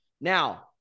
Now